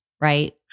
right